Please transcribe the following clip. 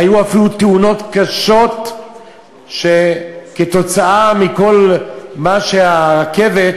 היו אפילו תאונות קשות כתוצאה מכל מה שהרכבת